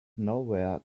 nowhere